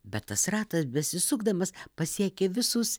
bet tas ratas besisukdamas pasiekia visus